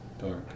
dark